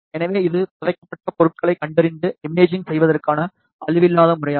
எனவே இது புதைக்கப்பட்ட பொருட்களைக் கண்டறிந்து இமேஜிங் செய்வதற்கான அழிவில்லாத முறையாகும்